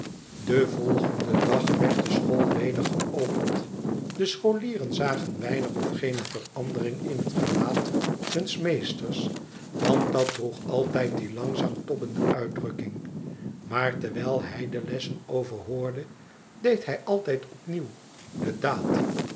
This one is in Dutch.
den volgenden dag werd de school weder geopend de scholieren zagen weinig of geene verandering in het gelaat huns meesters want dat droeg altijd die langzaam tobbende uitdrukking maar terwijl hij delessen overhoorde deed hij altijd opnieuw de daad